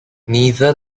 neither